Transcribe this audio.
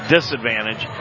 disadvantage